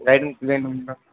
guidance வேணும்ன்னா